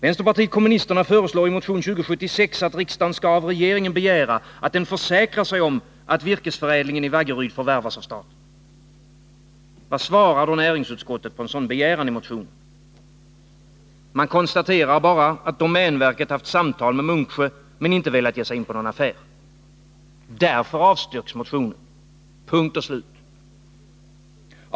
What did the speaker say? Vänsterpartiet kommunisterna föreslår i motion 2076 att riksdagen av regeringen skall begära att den försäkrar sig om att virkesförädlingen i Vaggeryd förvärvas av staten. Vad svarar då näringsutskottet på en sådan begäran i motionen? Man konstaterar bara att domänverket haft samtal med Munksjö men inte velat ge sig in på någon affär. Därför avstyrks motionen — punkt och slut.